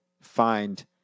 find